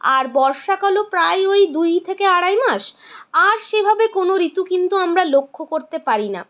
আর বর্ষাকালও প্রায় ওই দুই থেকে আড়াই মাস আর সেভাবে কোনো ঋতু কিন্তু আমরা লক্ষ্য করতে পারি না